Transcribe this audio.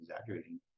exaggerating